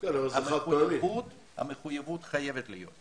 אבל המחויבות חייבת להיות.